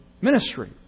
ministry